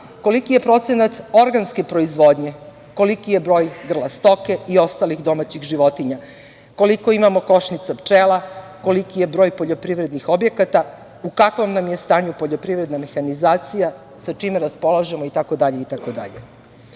koliki je procenat organske proizvodnje, koliki je broj grla stoke i ostalih domaćih životinja, koliko imamo košnica pčela, koliki je broj poljoprivrednih objekata, u kakvom nam je stanju poljoprivredna mehanizacija, sa čime raspolažemo itd. Prethodni